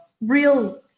real